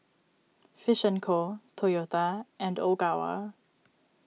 Fish and Co Toyota and Ogawa